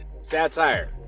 Satire